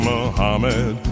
Muhammad